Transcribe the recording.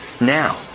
now